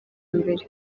mbere